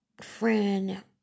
friend